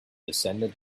descended